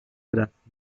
graffiti